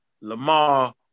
Lamar